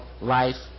life